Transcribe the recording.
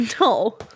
No